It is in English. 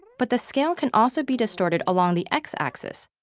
but the scale can also be distorted along the x-axis,